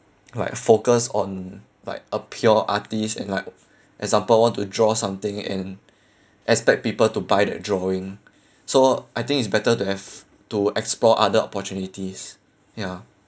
like focus on like a pure artist and like example want to draw something and expect people to buy that drawing so I think it's better to have to explore other opportunities ya